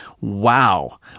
wow